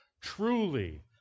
truly